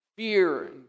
Fear